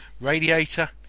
radiator